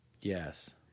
Yes